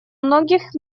многих